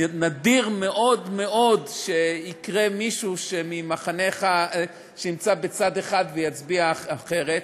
נדיר מאוד מאוד שיקרה שמישהו שנמצא בצד אחד יצביע אחרת.